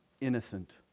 innocent